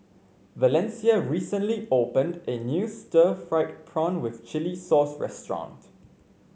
Valencia recently opened a new Stir Fried Prawn with Chili Sauce restaurant